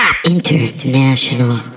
International